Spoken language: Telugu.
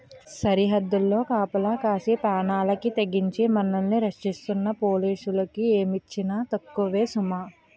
సరద్దుల్లో కాపలా కాసి పేనాలకి తెగించి మనల్ని రచ్చిస్తున్న పోలీసులకి ఏమిచ్చినా తక్కువే సుమా